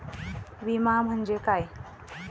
विमा म्हणजे काय?